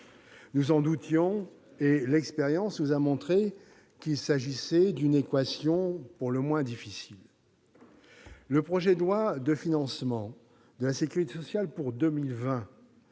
Nous en doutions, et l'expérience nous a montré que l'équation était pour le moins difficile. Dans le projet de loi de financement de la sécurité sociale pour 2020,